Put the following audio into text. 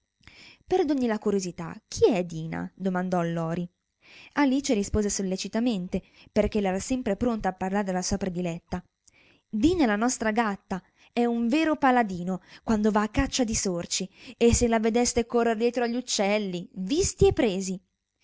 perdoni la curiosità chi è dina domandò il lori alice rispose sollecitamente perchè la era sempre pronta a parlare della sua prediletta dina è la nostra gatta è un vero paladino quando va a caccia di sorci e se la vedeste correr dietro agli uccelli visti e presi